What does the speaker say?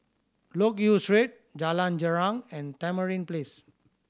Loke Yew Street Jalan Girang and Tamarind Place